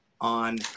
on